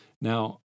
Now